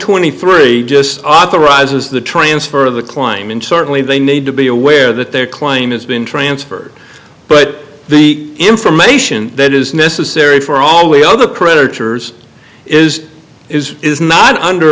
twenty three just authorizes the transfer of the climb and certainly they need to be aware that their claim has been transferred but the information that is necessary for all the other creditors is is is not under